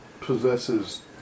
possesses